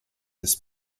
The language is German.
des